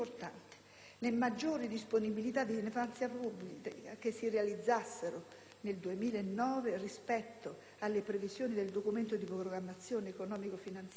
le maggiori disponibilità di finanza pubblica che si realizzassero nel 2009 rispetto alle previsioni del Documento di programmazione economico-finanziaria